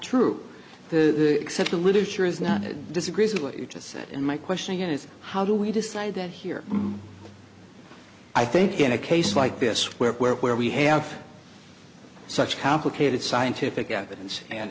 true the except the literature is not it disagrees with what you just said in my question is how do we decide that here i think in a case like this where where where we have such complicated scientific evidence and